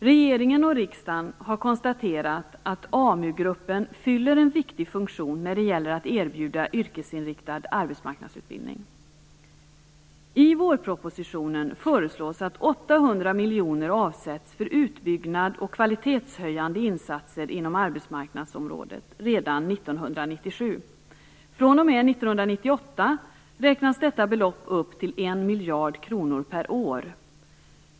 Regeringen och riksdagen har konstaterat att AmuGruppen fyller en viktig funktion när det gäller att erbjuda yrkesinriktad arbetsmarknadsutbildning. I vårpropositionen föreslås att 800 miljoner avsätts för utbyggnad och kvalitetshöjande insatser inom arbetsmarknadsområdet redan 1997. fr.o.m. 1998 räknas detta belopp upp till 1 miljard kronor per år.